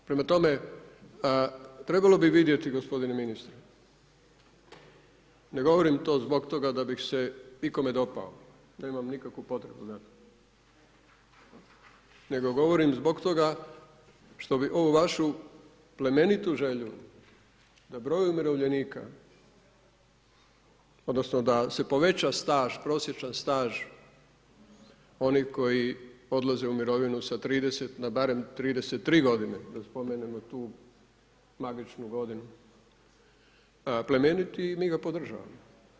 Prema tome, trebalo bi vidjeti gospodine ministre, ne govorim to zbog toga da bih se ikome dopao nemam nikakvu potrebu za tim, nego govorim zbog toga što bi ovu vašu plemenitu želju da broj umirovljenika odnosno da se poveća staž prosječan staž onih koji odlaze u mirovinu sa 30 na barem 33 godine, da spomenemo tu magičnu godinu, plemeniti i mi ga podržavamo.